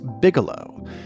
Bigelow